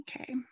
Okay